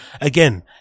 again